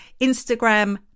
Instagram